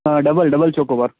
double double chocobar